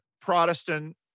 Protestant